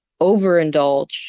overindulge